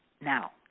now